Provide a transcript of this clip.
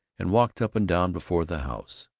and walked up and down before the house,